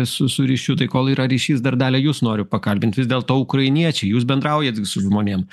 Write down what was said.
su su ryšiu tai kol yra ryšys dar dalia jus noriu pakalbint vis dėlto ukrainiečiai jūs bendraujat gi su žmonėm